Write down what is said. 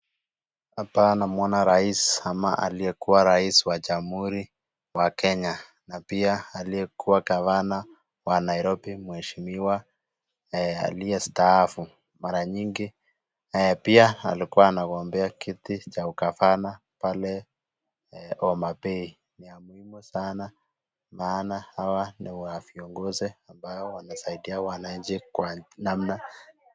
Hapa namwona rais ama aliyekuwa rais wa jamhuri wa Kenya na pia aliyekuwa gavana wa Nairobi mheshimiwa aliyestaafu. Mara nyingi pia alikuwa anagombea kiti cha ugavana pale Homabay. Ni ya muhimu sana maana hawa ni viongozi ambao wamesaidia wananchi kwa namna.